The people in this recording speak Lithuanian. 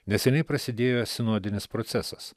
neseniai prasidėjo sinodinis procesas